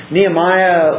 Nehemiah